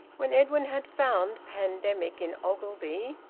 when edwin had found pandemic in ogilvie,